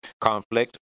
conflict